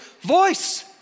voice